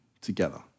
together